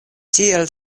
tiel